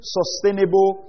sustainable